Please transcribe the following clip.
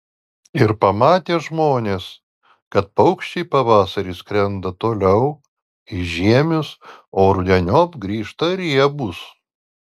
ir pamatė žmonės kad paukščiai pavasarį skrenda toliau į žiemius o rudeniop grįžta riebūs